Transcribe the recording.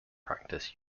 practice